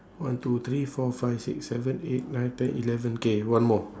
one two three four five six seven eight nine ten eleven K one more